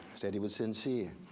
said he was sincere.